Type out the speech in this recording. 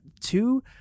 Two